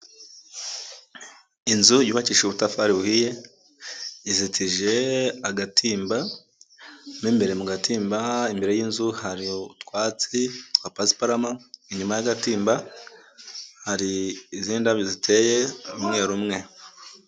Inzu yubakisha ubutafari buhuhiye, izitije agatimba n'imbere mu gatimba, hari inzu, hari utwatsi twa pasiparumu, inyuma y'agatimba hari izindi ndabyo ziteye umweru umwe.